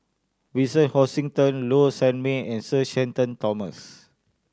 Vincent Hoisington Low Sanmay and Sir Shenton Thomas